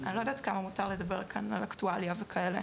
אני לא יודעת כמה מותר לדבר כאן על אקטואליה וכאלה.